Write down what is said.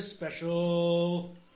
special